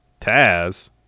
Taz